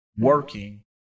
working